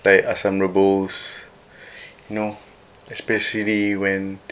like asam rebus you know especially when